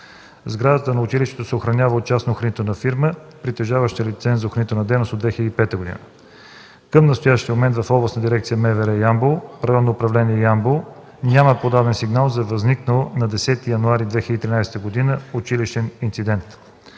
Сградата на училището се охранява от частна охранителна фирма, притежаваща лиценз за охранителна дейност от 2005 г. Към настоящия момент в Областна дирекция МВР – Ямбол, Районно управление – Ямбол, няма подаден сигнал за възникнал на 10 януари 2013 г. инцидент